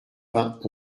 vingt